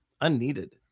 unneeded